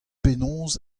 penaos